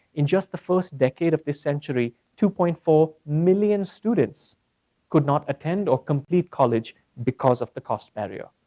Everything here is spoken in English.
in just the first decade of this century, two point four million students could not attend or complete college because of the cost barrier.